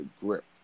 grip